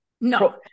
No